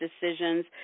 decisions